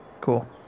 Cool